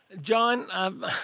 John